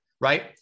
right